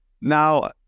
Now